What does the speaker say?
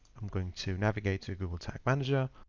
i'm going to navigate to google tag manager.